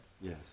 Yes